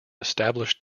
established